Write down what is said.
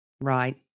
Right